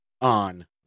on